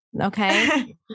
Okay